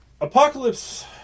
Apocalypse